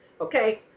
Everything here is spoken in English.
Okay